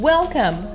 Welcome